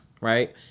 right